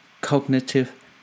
cognitive